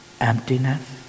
emptiness